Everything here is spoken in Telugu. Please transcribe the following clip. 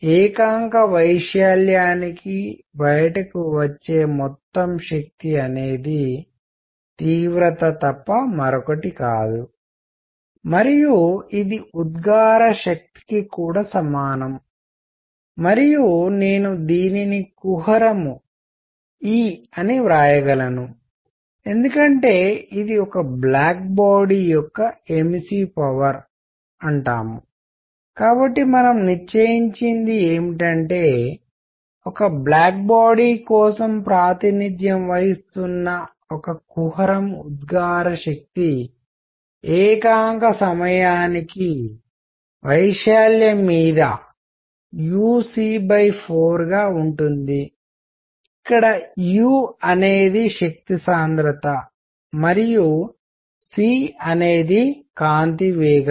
ఏకాంక వైశాల్యానికి బయటికి వచ్చే మొత్తం శక్తి అనేది తీవ్రత తప్ప మరొకటి కాదు మరియు ఇది ఉద్గార శక్తికి కూడా సమానం మరియు నేను దీనిని కుహరం e అని వ్రాయగలను ఎందుకంటే ఇది ఒక బ్లాక్ బాడీ యొక్క ఎమిసివ్ పవర్ అంటాము కాబట్టి మనము నిశ్చయించింది ఏమిటంటే ఒక బ్లాక్ బాడీ కోసం ప్రాతినిధ్యం వహిస్తున్న ఒక కుహరం ఉద్గార శక్తి ఏకాంక సమయానికి వైశాల్యం మీద uc 4 గా ఉంటుంది ఇక్కడ u అనేది శక్తి సాంద్రత మరియు c అనేది కాంతి వేగం